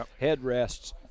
headrests